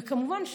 וכמובן,